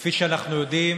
כפי שאנחנו יודעים,